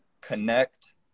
connect